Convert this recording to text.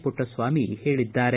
ಪುಟ್ಟಸ್ವಾಮಿ ಹೇಳಿದ್ದಾರೆ